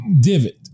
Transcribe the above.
divot